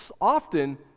often